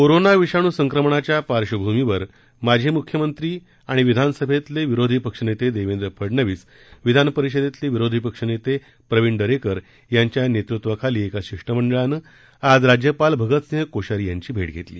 corona विषाणू संक्रमणाच्या पार्श्वभूमीवर माजी मुख्यमंत्री आणि विधानसभेतील विरोधी पक्षनेते देवेंद्र फडणवीस विधान परिषदेतील विरोधी पक्षनेते प्रवीण दरेकर यांच्या नेतृत्वाखालील एका शिष्टमंडळानं आज राज्यपाल भगतसिंह कोश्यारी यांची भेट घेतली